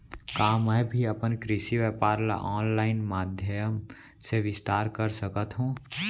का मैं भी अपन कृषि व्यापार ल ऑनलाइन माधयम से विस्तार कर सकत हो?